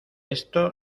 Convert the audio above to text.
esto